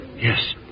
Yes